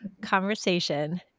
conversation